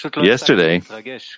yesterday